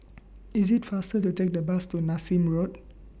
IS IT faster to Take The Bus to Nassim Road